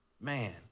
man